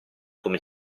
come